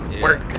work